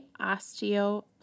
Osteo